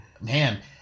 Man